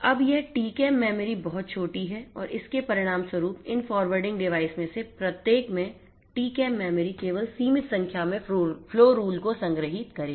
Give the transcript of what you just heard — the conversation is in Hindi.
अब यह TCAM मेमोरी बहुत छोटी है और इसके परिणामस्वरूप इन फॉरवर्डिंग डिवाइस में से प्रत्येक में TCAM मेमोरी केवल सीमित संख्या में फ्लो रूल को संग्रहीत करेगी